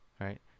right